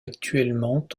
actuellement